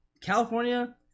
California